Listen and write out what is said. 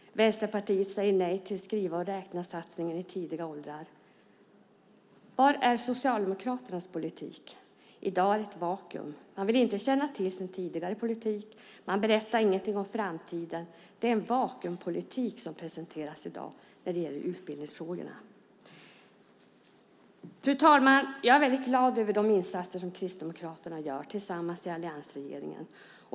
Vänsterpartiet säger nej till skriva-och-räkna-satsningar i tidiga åldrar. Var är Socialdemokraternas politik? I dag är det ett vakuum. Man vill inte känna till sin tidigare politik. Man berättar ingenting om framtiden. Det är en vakuumpolitik som presenteras i dag när det gäller utbildningsfrågorna. Fru talman! Jag är väldigt glad över de insatser som Kristdemokraterna gör tillsammans med andra i alliansregeringen.